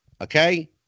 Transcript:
Okay